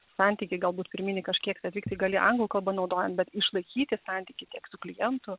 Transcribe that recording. santykį galbūt pirminį kažkiek atlikti gali anglų kalbą naudojant bet išlaikyti santykį su klientu